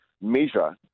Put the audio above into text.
measure